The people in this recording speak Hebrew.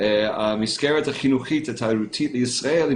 המסגרת החינוכית התיירותית לישראל היא